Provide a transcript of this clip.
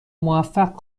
موفق